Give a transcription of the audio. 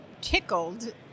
tickled